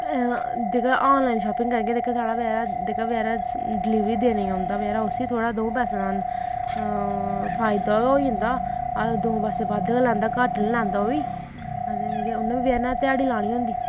जेह्का online shopping करगे जेह्का बेचारा जेह्का बेचारा डिलिवरी देने गी औंदा बेचारा उसी थोह्ड़ा दऊं पैसें दा फायदा गै होई जंदा आखर दो पैसे बद्ध गै लैंदा घट्ट नी लैंदा ओह् बी ते उन्नै बी बेचारे ने ध्याड़ी लानी होंदी